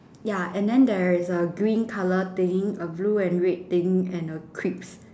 ya and then there is a green colour thing a blue and red thing and a crisp